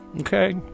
okay